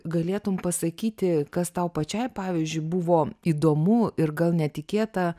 galėtum pasakyti kas tau pačiai pavyzdžiui buvo įdomu ir gal netikėta